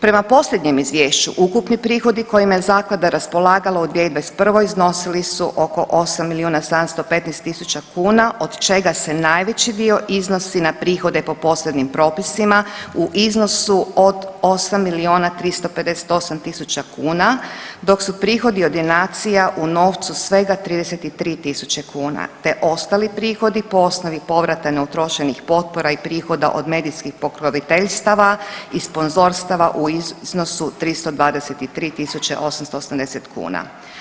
Prema posljednjem izvješću ukupni prihodi kojima je zaklada raspolagala u 2021. iznosili su oko 8 milijuna 715 tisuća kuna od čega se najveći dio iznosi na prihode po posebnim propisima u iznosu od 8 milijuna 358 tisuća kuna, dok su prihodi od donacija u novcu svega 33 tisuće kuna, te ostali prihodi po osnovi povrata neutrošenih potpora i prihoda od medijskih pokroviteljstava i sponzorstava u iznosu 323 tisuće 880 kuna.